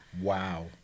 wow